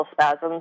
spasms